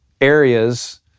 areas